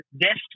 desktop